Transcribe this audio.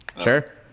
sure